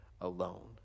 alone